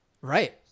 Right